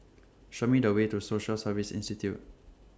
Show Me The Way to Social Service Institute